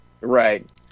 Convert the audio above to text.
Right